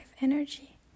energy